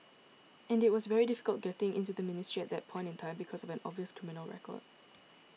and it was very difficult getting into the ministry at that point in time because of an obvious criminal record